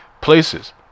places